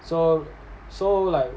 so so like